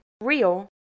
real